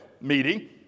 meeting